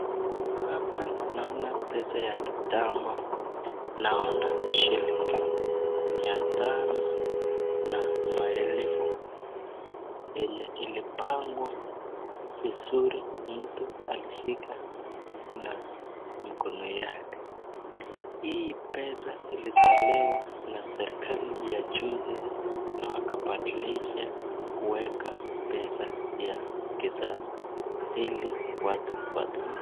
Hapa naona pesa ya kitambo, naona shilingi mia tano na maelifu yenye ilipangwa vizuri, mtu alishika na mkono yake, hii pesa ilitolewa na serikali ya juzi na wakabadilisha kuweka pesa ya kisasa ili watu watumie.